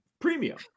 premium